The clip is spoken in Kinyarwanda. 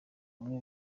bamwe